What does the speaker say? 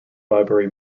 library